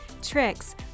tricks